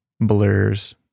blurs